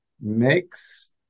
makes